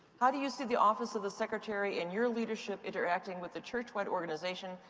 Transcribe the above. how do you see the office of the secretary and your leadership interacting with the churchwide organization,